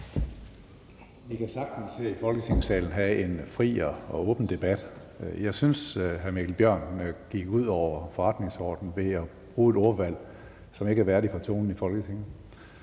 Vi kan sagtens i Folketingssalen have en fri og åben debat. Jeg synes, at hr. Mikkel Bjørn gik ud over forretningsordenen ved at bruge et ordvalg og en tone, som ikke er værdig for Folketinget.